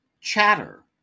Chatter